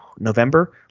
november